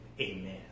amen